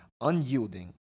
unyielding